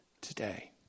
today